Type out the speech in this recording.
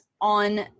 on